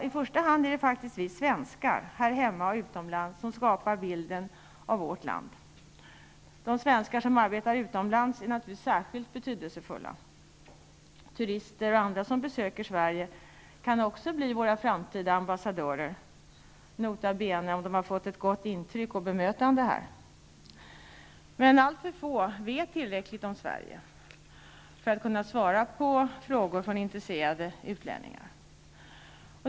I första hand är det faktiskt vi svenskar här hemma och utomlands som skapar bilden av vårt land. De svenskar som arbetar utomlands är naturligtvis särskilt betydelsefulla. Turister och andra som besöker Sverige kan också bli våra framtida ambassadörer -- nota bene om de har fått ett gott intryck av och ett gott bemötande i Men alltför få vet tillräckligt om Sverige för att kunna svara på frågor från intresserade utlänningar.